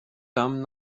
tam